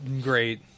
great